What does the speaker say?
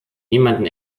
niemanden